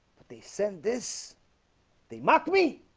they send this they mock me